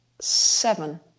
seven